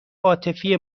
عاطفی